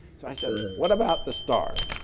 so i said, what about the stars?